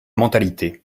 mentalité